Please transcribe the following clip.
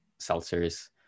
seltzers